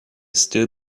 still